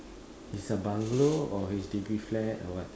is a bungalow or H_D_B flat or what